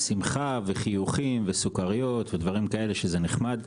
שמחה וחיוכים וסוכריות ודברים כאלה שזה נחמד.